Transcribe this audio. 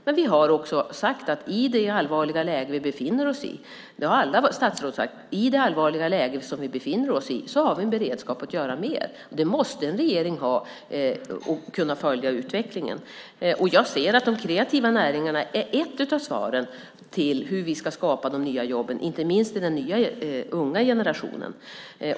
Men vi har sagt - alla statsråd har sagt det - att i det allvarliga läge som vi befinner oss i har vi en beredskap för att göra mer. En regering måste ha det och kunna följa utvecklingen. Jag ser att de kreativa näringarna är ett av svaren på hur vi ska skapa de nya jobben, inte minst för den nya, unga generationen.